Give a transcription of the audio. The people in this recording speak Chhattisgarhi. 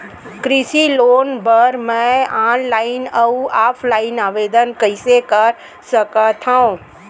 कृषि लोन बर मैं ऑनलाइन अऊ ऑफलाइन आवेदन कइसे कर सकथव?